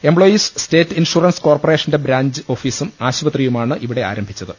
employees state insurance കോർപ്പറേഷന്റെ branch ഓഫീസും ആശുപത്രിയുമാണ് ഇവിടെ ആരംഭിച്ചത്